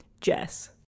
Jess